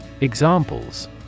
Examples